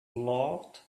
laughed